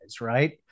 right